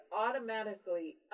automatically